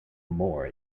more